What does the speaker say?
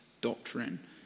doctrine